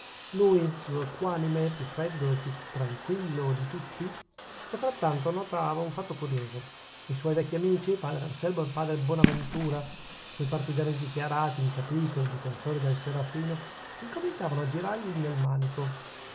lui più equanime più freddo e più tranquillo di tutti e frattanto notava un fatto curioso i suoi vecchi amici padre anselmo e padre bonaventura suoi partigiani dichiarati in capitolo e difensori del serafino incominciavano a girargli nel manico